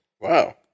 Wow